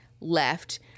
left